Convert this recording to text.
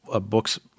books